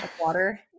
water